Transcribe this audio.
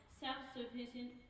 self-sufficient